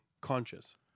conscious